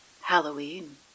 Halloween